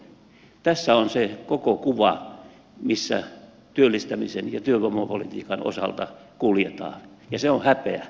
tässä on se koko kuva missä työllistämisen ja työvoimapolitiikan osalta kuljetaan ja se on häpeä häpeä hallitukselle